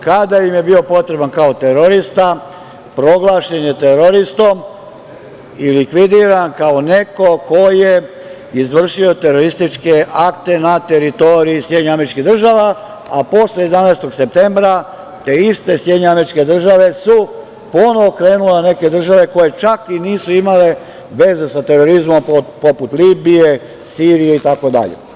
Kada im je bio potreban kao terorista proglašen je teroristom i likvidiran kao neko ko je izvršio terorističke akte na teritoriji SAD, a posle 11. septembra te iste SAD su ponovo krenule na neke države koje čak i nisu imale veze sa terorizmom poput Libije, Sirije, itd.